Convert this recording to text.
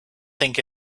think